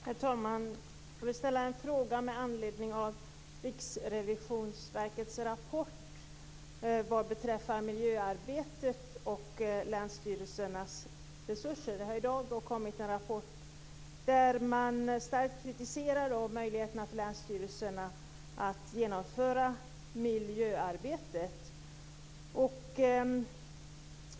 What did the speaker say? Herr talman! Jag vill ställa en fråga med anledning av Riksrevisionsverkets rapport som presenterades i dag vad beträffar miljöarbetet och länsstyrelsernas resurser. I rapporten kritiserar man starkt möjligheterna för länsstyrelserna att utföra miljöarbetet.